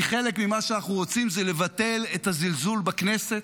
כי חלק ממה שאנחנו רוצים זה לבטל את הזלזול בכנסת,